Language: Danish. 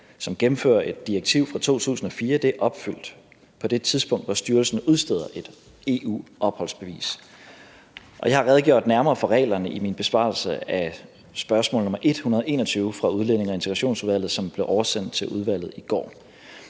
som gennemfører et direktiv fra 2014, er opfyldt på det tidspunkt, hvor styrelsen udsteder et EU-opholdsbevis. Jeg har redegjort nærmere for reglerne i min besvarelse af spørgsmål nr. 121 fra Udlændinge- og Integrationsudvalget, som blev oversendt til udvalget i går.